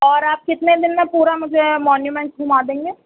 اور آپ کتنے دن میں پورا مجھے مونیومینٹس گھما دیں گے